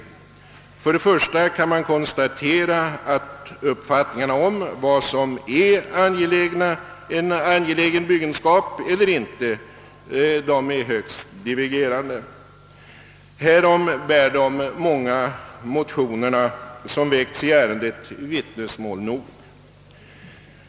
För det första kan man konstatera att uppfattningarna om vad som är angelägen byggenskap är högst divergerande. Härom bär de många motionerna i ärendet vittnesbörd nog.